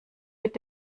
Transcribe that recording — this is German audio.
mit